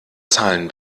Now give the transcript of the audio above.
zahlen